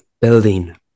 building